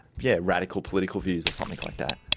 yeah political political views or something like that.